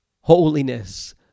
holiness